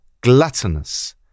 gluttonous